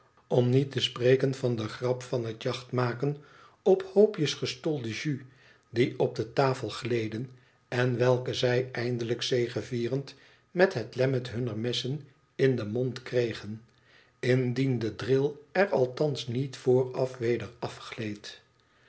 om niet te spreken van de grap van het jacht moken op hoopjes gestolde jus die op de tafel gleden en welke zij eindelijk zegevierend met het lemmet hunner messen in den mond kregen indien de dril er althans niet vooraf weder afgleed